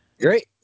Great